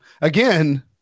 again